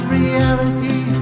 reality